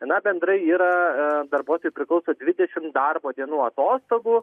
na bendrai yra darbuotojui priklauso dvidešimt darbo dienų atostogų